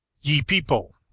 ye people,